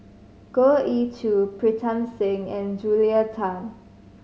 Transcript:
Goh Ee Choo Pritam Singh and Julia Tan